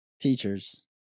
Teachers